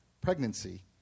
pregnancy